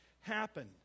happen